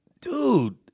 Dude